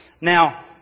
Now